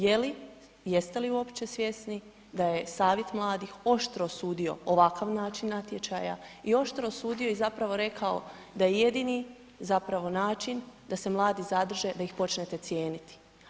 Je li, jeste li uopće svjesni da je Savjet mladih oštro osudio ovakav način natječaja i oštro osudio i zapravo rekao i da je jedini zapravo način da se mladi zadrže da ih počnete cijeniti.